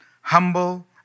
humble